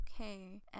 okay